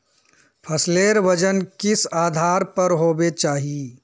फसलेर वजन किस आधार पर होबे चही?